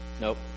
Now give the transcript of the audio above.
Nope